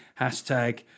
hashtag